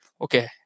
okay